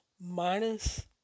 minus